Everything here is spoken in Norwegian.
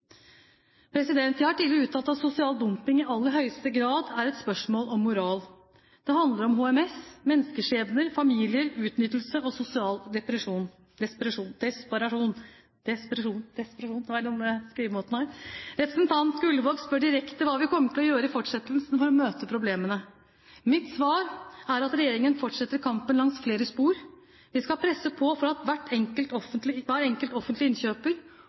Jeg har tidligere uttalt at sosial dumping i aller høyeste grad er et spørsmål om moral. Det handler om HMS, menneskeskjebner, familier, utnyttelse og sosial desperasjon. Representanten Gullvåg spør direkte hva vi kommer til å gjøre i fortsettelsen for å møte problemene. Mitt svar er at regjeringen fortsetter kampen langs flere spor. Vi skal presse på for at hver enkelt offentlig